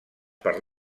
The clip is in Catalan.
per